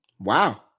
Wow